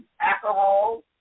alcohol